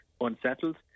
unsettled